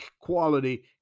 quality